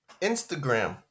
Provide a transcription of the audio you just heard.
Instagram